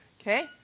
Okay